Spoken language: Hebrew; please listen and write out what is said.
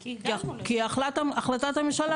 כי החלטת הממשלה,